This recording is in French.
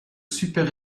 super